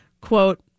quote